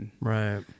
Right